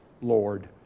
Lord